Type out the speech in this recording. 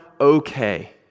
okay